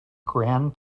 grand